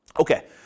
Okay